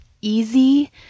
easy